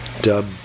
dub